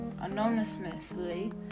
anonymously